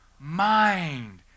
mind